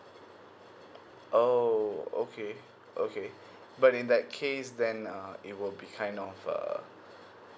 oh okay okay but in that case then uh it will be kind of uh